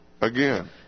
again